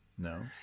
No